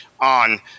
on